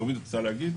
כרמית, את רוצה להגיד?